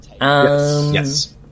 Yes